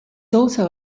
also